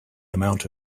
amount